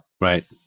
right